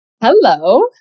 Hello